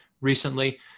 recently